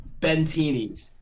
Bentini